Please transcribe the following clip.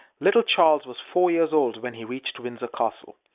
little charles was four years old when he reached windsor castle.